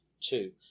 Two